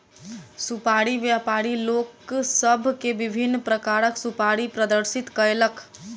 सुपाड़ी व्यापारी लोक सभ के विभिन्न प्रकारक सुपाड़ी प्रदर्शित कयलक